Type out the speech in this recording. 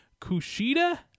Kushida